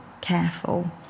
careful